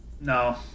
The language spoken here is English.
No